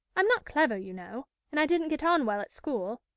i'm not clever, you know, and i didn't get on well at school.